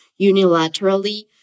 unilaterally